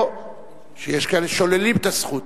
או שיש כאלה ששוללים את הזכות.